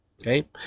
okay